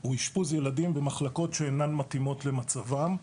הוא אשפוז ילדים במחלקות שאינן מתאימות למצבם.